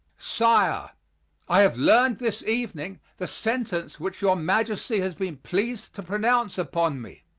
sire i have learned this evening the sentence which your majesty has been pleased to pronounce upon me.